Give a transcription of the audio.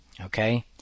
okay